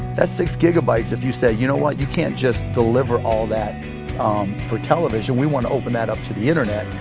that's six gigabytes if you say you know what you can't just deliver all that for television we want to open that up to the internet,